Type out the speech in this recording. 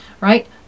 right